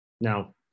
Now